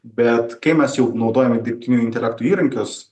bet kai mes jau naudojam dirbtinio intelekto įrankius